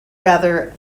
rather